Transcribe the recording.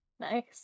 Nice